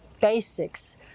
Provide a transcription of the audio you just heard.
basics